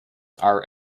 are